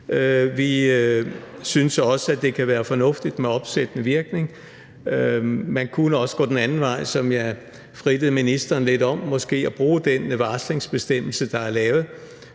Vi synes også, det kan være fornuftigt med opsættende virkning. Man kunne også gå den anden vej, som jeg udfrittede ministeren lidt om, og måske bruge den varslingbestemmelse, der er lavet,